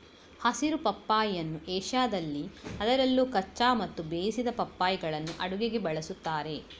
ಹಸಿರು ಪಪ್ಪಾಯಿಯನ್ನು ಏಷ್ಯಾದಲ್ಲಿ ಅದರಲ್ಲೂ ಕಚ್ಚಾ ಮತ್ತು ಬೇಯಿಸಿದ ಪಪ್ಪಾಯಿಗಳನ್ನು ಅಡುಗೆಗೆ ಬಳಸುತ್ತಾರೆ